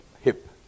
hip